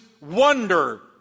wonder